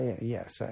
Yes